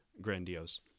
grandiose